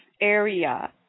area